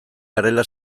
garela